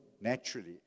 naturally